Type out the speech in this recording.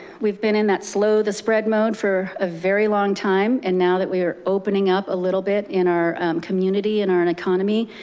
we've been in that slow the spread mode for a very long time. and now that we are opening up a little bit and our community and our and economy,